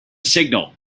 signal